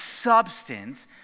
substance